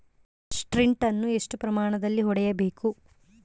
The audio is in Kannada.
ಸ್ಪ್ರಿಂಟ್ ಅನ್ನು ಎಷ್ಟು ಪ್ರಮಾಣದಲ್ಲಿ ಹೊಡೆಯಬೇಕು?